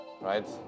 right